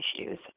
issues